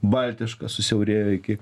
baltiška susiaurėjo iki